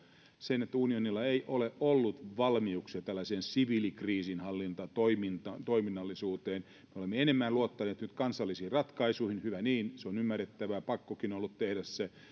sen että unionilla ei ole ollut valmiuksia tällaiseen siviilikriisinhallintatoiminnallisuuteen me olemme luottaneet nyt enemmän kansallisiin ratkaisuihin hyvä niin se on ymmärrettävää pakkokin on ollut tehdä se